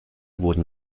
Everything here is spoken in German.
wurden